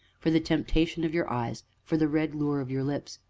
for the temptation of your eyes, for the red lure of your lips!